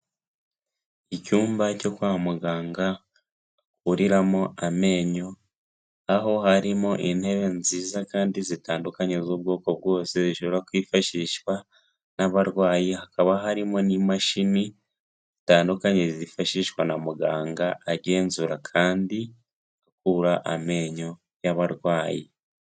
Icyumba cyo kwa muganga, akuriramo amenyo, aho harimo intebe nziza kandi zitandukanye z'ubwoko bwose, bishobora kwifashishwa n'abarwayi, hakaba harimo n'imashini zitandukanye zifashishwa na muganga agenzura kandi akura amenyo y'ababarwayi.